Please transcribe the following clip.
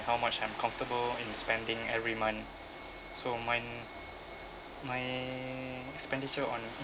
how much I'm comfortable in spending every month so mine my expenditure on